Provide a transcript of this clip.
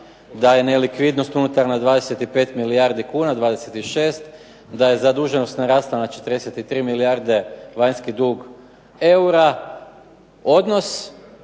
da je nelikvidnost unutar na 25 milijardi kuna, 26, da je zaduženost narasla na 43 milijarde vanjski dug eura, odnos